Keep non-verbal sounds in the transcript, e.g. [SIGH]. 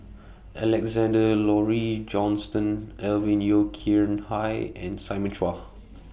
[NOISE] Alexander Laurie Johnston Alvin Yeo Khirn Hai and Simon Chua [NOISE]